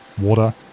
water